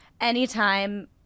anytime